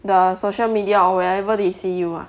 the social media or wherever they see you ah